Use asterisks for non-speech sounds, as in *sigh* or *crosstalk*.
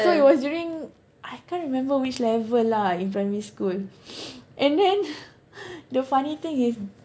so it was during I can't remember which level ah in primary school *noise* and then the funny thing is